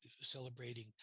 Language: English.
celebrating